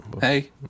hey